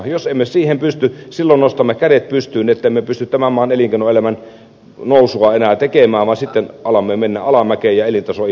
jos emme siihen pysty silloin nostamme kädet pystyyn emmekä pysty tämän maan elinkeinoelämän nousua enää tekemään vaan sitten alamme mennä alamäkeä ja elintaso oli